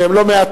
שהן לא מעטות,